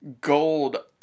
gold